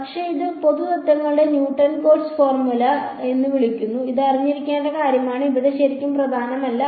പക്ഷേ ഈ പൊതു തത്ത്വങ്ങളെ ന്യൂട്ടൺ കോട്സ് ഫോർമുല എന്ന് വിളിക്കുന്നു ഇത് അറിഞ്ഞിരിക്കേണ്ട കാര്യമാണ് ഇവിടെ ശരിക്കും പ്രധാനമല്ല